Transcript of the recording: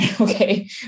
Okay